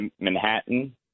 Manhattan